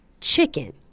chicken